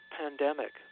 pandemic